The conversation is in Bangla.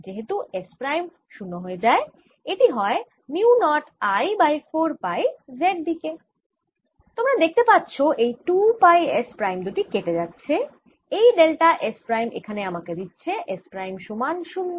যেহেতু S প্রাইম 0 হয়ে যায় এটি হয় mu not I by 4 pi Z দিকে তোমরা দেখতে পাচ্ছ এই 2 পাই S প্রাইম দুটি কেটে যাচ্ছে এই ডেল্টা S প্রাইম এখানে আমাকে দিচ্ছে S প্রাইম সমান 0